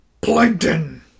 Plankton